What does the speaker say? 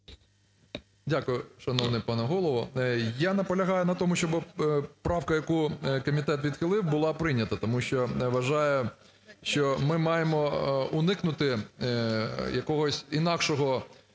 Дякую, шановний пане Голово! Я наполягаю на тому, щоби правка, яку комітет відхилив, була прийнята. Тому що вважаю, що ми маємо уникнути якогось інакшого